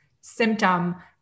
symptom